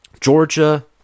Georgia